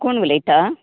कोण उलयता